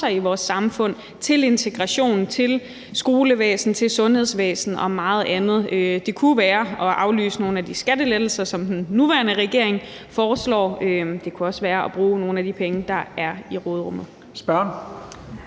i vores samfund til integration, til skolevæsenet, til sundhedsvæsenet og meget andet. Det kunne jo være at aflyse nogle af de skattelettelser, som den nuværende regering foreslår. Det kunne også være at bruge nogle af de penge, der er i råderummet.